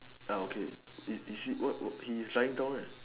ya okay he is trying down right